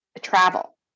travel